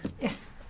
Yes